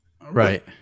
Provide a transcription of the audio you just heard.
Right